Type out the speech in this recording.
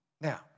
Now